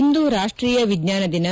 ಇಂದು ರಾಷ್ಟ್ರೀಯ ವಿಜ್ಞಾನ ದಿನ